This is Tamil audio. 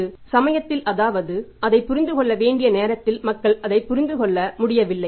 அந்த சமயத்தில் அதாவது அதை புரிந்து கொள்ள வேண்டிய நேரத்தில் மக்கள் அதை புரிந்து கொள்ள முடியவில்லை